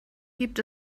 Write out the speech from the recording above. gibt